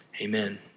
Amen